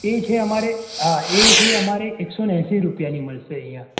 એ છે અમારે એ છે અમારે એકસોને એંસી રૂપિયાની મલશે અહીંયા